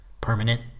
permanent